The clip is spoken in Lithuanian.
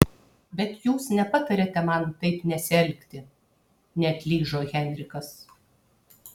bet jūs nepatariate man taip nesielgti neatlyžo henrikas